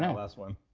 yeah last one.